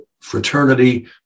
fraternity